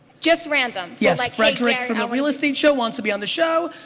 just random? yes, like fredrik from the real estate show wants to be on the show,